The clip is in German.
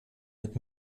mit